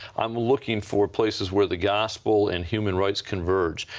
um looking for places where the gospel and human rights converge.